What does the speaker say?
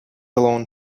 alone